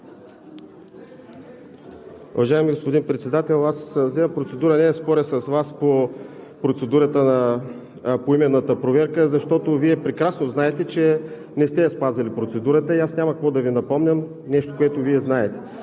Уважаеми господин Председател! Аз вземам процедура не за да споря с Вас по процедурата на поименната проверка, а защото Вие прекрасно знаете, че не сте я спазили процедурата. Аз няма какво да Ви напомням нещо, което Вие знаете.